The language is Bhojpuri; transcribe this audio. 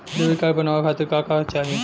डेबिट कार्ड बनवावे खातिर का का चाही?